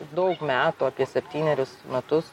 daug metų apie septynerius metus